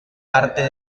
parte